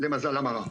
למזלם הרע.